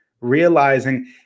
realizing